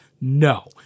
No